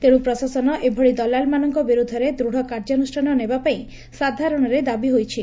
ତେଣୁ ପ୍ରଶାସନ ଏଭଳି ଦଲାଲମାନଙ୍କ ବିରୁଦ୍ଧରେ ଦୃତ୍ କାର୍ଯ୍ୟାନୁଷ୍ଷାନ ନେବାପାଇଁ ସାଧାରଣରେ ଦାବି ହୋଇଛି